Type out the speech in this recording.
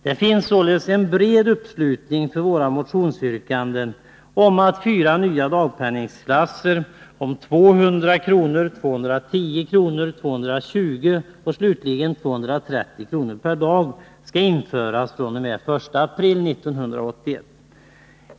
Det finns således en bred uppslutning bakom våra motionsyrkanden om att fyra nya dagpenningsklasser — 200 kr., 210 kr., 220 kr. och 230 kr. per dag — skall införas fr.o.m. den 1 april 1981.